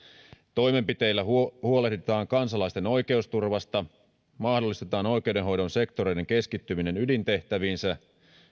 toimenpiteillä huolehditaan kansalaisten oikeusturvasta mahdollistetaan oikeudenhoidon sektoreiden keskittyminen ydintehtäviinsä